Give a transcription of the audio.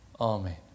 Amen